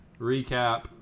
recap